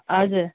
हजुर